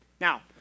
Now